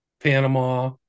panama